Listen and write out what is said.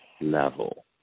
level